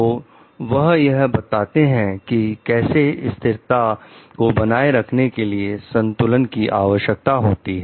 तो वह यह बताते हैं कि कैसे स्थिरता को बनाए रखने के लिए संतुलन की आवश्यकता होती है